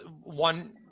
one